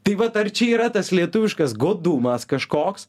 taip vat ar čia yra tas lietuviškas godumas kažkoks